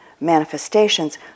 manifestations